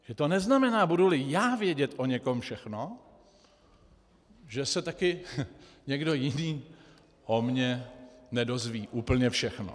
Že to neznamená, buduli já vědět o někom všechno, že se také někdo jiný o mně nedozví úplně všechno.